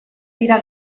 dira